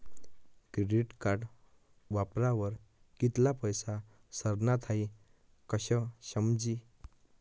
credit card वापरावर कित्ला पैसा सरनात हाई कशं समजी